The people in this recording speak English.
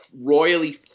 royally